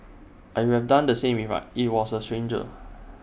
I would have done the same IT was A stranger